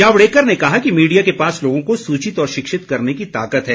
जावड़ेकर ने कहा कि मीडिया के पास लोगों को सूचित और शिक्षित करने की ताकत है